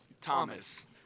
Thomas